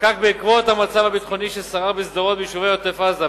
נחקק בעקבות המצב הביטחוני ששרר בשדרות וביישובי עוטף-עזה.